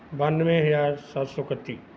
ਬਾਨ੍ਹਵੇਂ ਹਜ਼ਾਰ ਸੱਤ ਸੌ ਇਕੱਤੀ